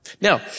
Now